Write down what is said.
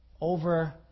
over